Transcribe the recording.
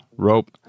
rope